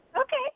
Okay